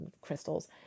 crystals